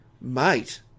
mate